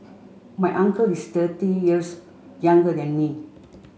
my uncle is thirty years younger than me